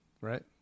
right